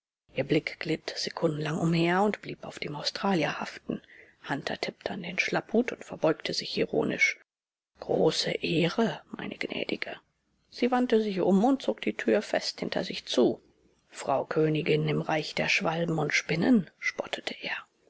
ihr blick glitt sekundenlang umher und blieb auf dem australier haften hunter tippte an den schlapphut und verbeugte sich ironisch große ehre meine gnädige sie wandte sich um und zog die tür fest hinter sich zu frau königin im reich der schwaben und spinnen spottete er